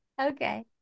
Okay